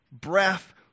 breath